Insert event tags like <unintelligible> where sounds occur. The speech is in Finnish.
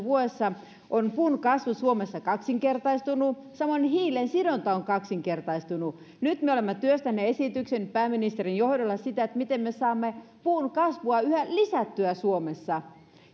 <unintelligible> vuodessa on puun kasvu suomessa kaksinkertaistunut samoin hiilensidonta on kaksinkertaistunut nyt me olemme työstäneet pääministerin johdolla esityksen siitä miten me saamme puun kasvua yhä lisättyä suomessa